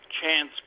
Chance